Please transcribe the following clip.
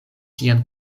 sian